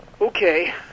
Okay